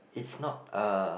it's not a